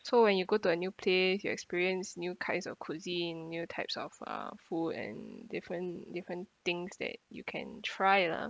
so when you go to a new place you experience new kinds of cuisine new types of uh food and different different things that you can try lah